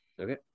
Okay